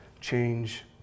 change